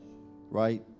Right